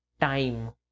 time